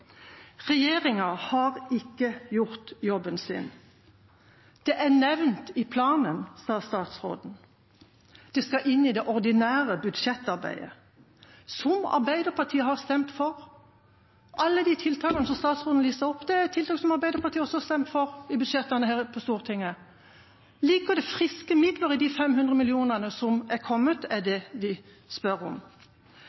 Regjeringa har ikke gjort jobben sin. Det er nevnt i planen, sa statsråden, det skal inn i det ordinære budsjettarbeidet. Som Arbeiderpartiet har stemt for. Alle tiltakene som statsråden lister opp, er tiltak Arbeiderpartiet også har stemt for i budsjettene her på Stortinget. Ligger det friske midler i de 500 mill. kr som har kommet, spør vi om. Hvor lite forpliktende denne planen er,